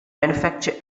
manufacture